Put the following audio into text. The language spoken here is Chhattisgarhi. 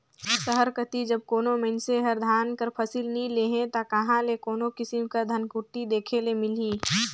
सहर कती जब कोनो मइनसे हर धान कर फसिल नी लेही ता कहां ले कोनो किसिम कर धनकुट्टी देखे ले मिलही